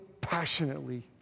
passionately